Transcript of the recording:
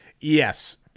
Yes